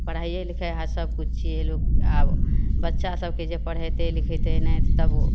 पढ़ाइये लिखाइ आब सभकिछु छियै लोक आब बच्चा सभके जे पढ़ेतै लिखेतै नहि तऽ तब ओ